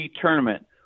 tournament